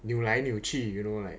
扭来扭去 you know like